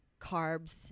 carbs